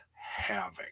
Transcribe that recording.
Havoc